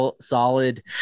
solid